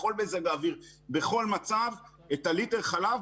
בכל מזג אוויר ובכל מצב את ליטר החלב